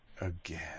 Again